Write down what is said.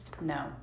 no